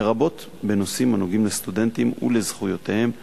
לרבות בנושאים הנוגעים לסטודנטים ולזכויותיהם,